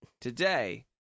Today